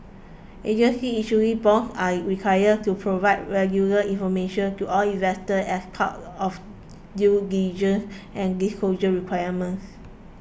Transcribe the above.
agencies issuing bonds are required to provide regular information to all investors as part of due diligence and disclosure requirements